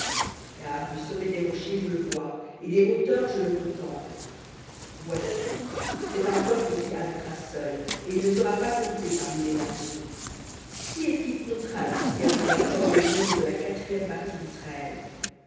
car du sommet des rochers je le vois et des hauteurs je le contemple voici c'est un peuple qui habitera seul et il ne sera pas compté parmi les nations qui est-ce qui comptera la poussière de jacob et le nombre de la quatrième partie d'israël